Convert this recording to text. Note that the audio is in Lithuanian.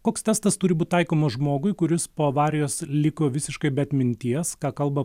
koks testas turi būt taikomas žmogui kuris po avarijos liko visiškai be atminties ką kalba